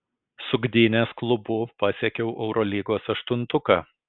su gdynės klubu pasiekiau eurolygos aštuntuką